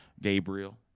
Gabriel